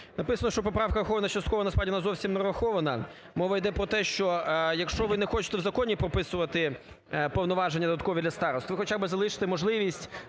Написано, що поправка врахована частково, насправді, вона зовсім не врахована. Мова іде про те, що якщо ви не хочете у законі прописувати повноваження додаткові для старост, ви хоча б залиште можливість